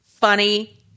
funny